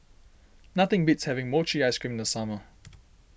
nothing beats having Mochi Ice Cream in the summer